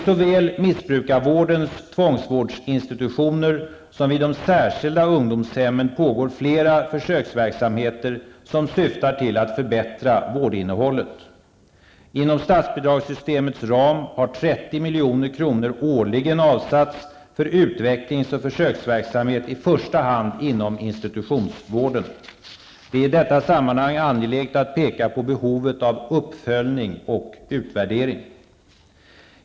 Såväl vid missbrukarvårdens tvångsvårdsinstitutioner som vid de särskilda ungdomshemmen pågår flera försöksverksamheter som syftar till att förbättra vårdinnehållet. Inom statsbidragssystemets ram har 30 milj.kr. årligen avsatts för utvecklings och försöksverksamhet i första hand inom institutionsvården. Det är i detta sammanhang angeläget att peka på behovet av uppföljning och utvärdering.